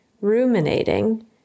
ruminating